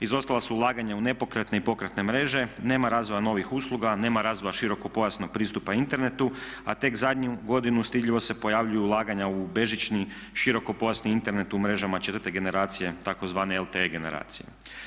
Izostala su ulaganja u nepokretne i pokretne mreže, nema razvoja novih usluga, nema razvoja širokopojasnog pristupa internetu a tek zadnju godinu stidljivo se pojavljuju ulaganja u bežični, širokopojasni Internet u mrežama četvrte generacije tzv. LTE generacije.